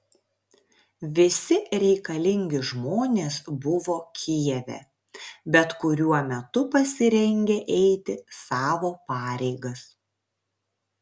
visi reikalingi žmonės buvo kijeve bet kuriuo metu pasirengę eiti savo pareigas